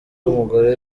w’umugore